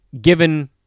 given